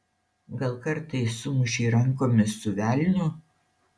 gal kartais sumušei rankomis su velniu